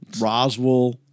Roswell